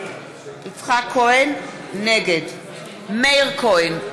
נגד מאיר כהן,